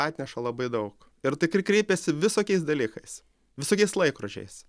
atneša labai daug ir tikrai kreipiasi visokiais dalykais visokiais laikrodžiais